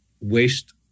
waste